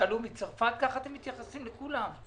שעלו מצרפת, כך אתם מתייחסים לכולם,